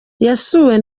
yasuwe